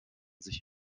sich